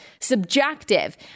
subjective